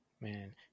Man